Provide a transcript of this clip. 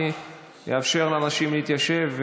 אני אאפשר לאנשים להתיישב,